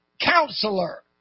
counselor